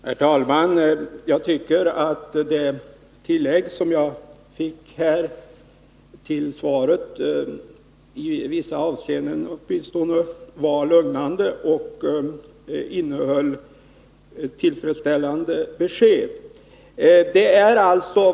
Herr talman! Jag tycker att det tillägg som jag fick till svaret åtminstone i vissa avseenden var lugnande och innehöll tillfredsställande besked.